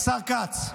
כץ,